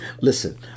Listen